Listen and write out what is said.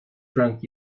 drunk